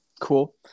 cool